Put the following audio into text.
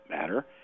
matter